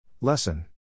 Lesson